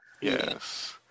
Yes